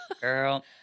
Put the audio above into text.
girl